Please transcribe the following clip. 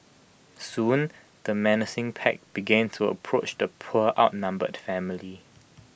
soon the menacing pack began to approach the poor outnumbered family